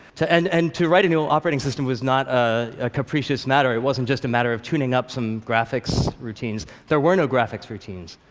and and to write a new operating system was not a capricious matter. it wasn't just a matter of tuning up some graphics routines. there were no graphics routines.